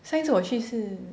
上一次我去是